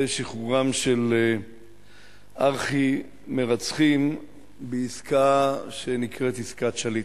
שחרורם של ארכי-מרצחים בעסקה שנקראת "עסקת שליט".